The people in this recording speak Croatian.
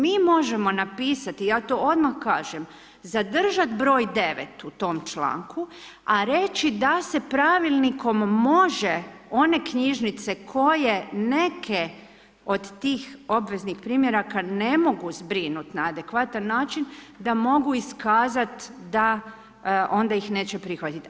Mi možemo napisati, ja to odmah kažem, zadržati broj 9 u tom članku, a reći da se pravilnikom može one knjižnice koje neke od tih obveznih primjeraka ne mogu zbrinuti na adekvatan način, da mogu iskazati da onda ih neće prihvatiti.